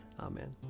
Amen